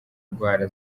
indwara